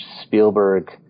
Spielberg